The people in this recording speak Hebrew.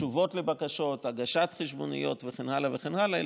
תשובות לבקשות, הגשת חשבוניות וכן הלאה וכן הלאה.